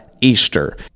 Easter